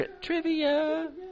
Trivia